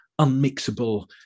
unmixable